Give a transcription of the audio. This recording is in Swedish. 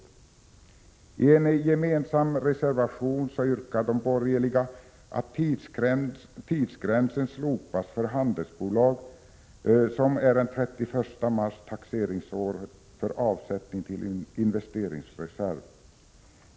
I en gemensam reservation yrkar de borgerliga att tidsgränsen för avsättning till investeringsreserv, som är den 31 mars taxeringsåret, slopas för handelsbolag.